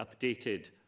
updated